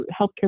healthcare